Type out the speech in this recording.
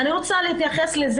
אני רוצה לשאול: